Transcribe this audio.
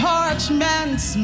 Parchments